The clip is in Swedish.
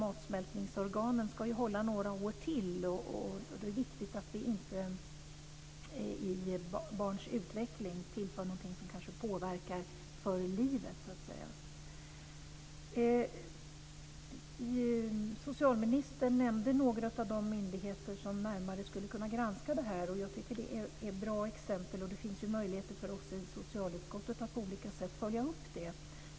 Matsmältningsorganen ska ju hålla några år till, och det är viktigt att vi inte tillför någonting i barns utveckling som kanske påverkar dem för livet. Socialministern nämnde några av de myndigheter som närmare skulle kunna granska detta. Jag tycker att det är bra exempel. Det finns ju också möjlighet för oss i socialutskottet att på olika sätt följa upp detta.